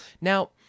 Now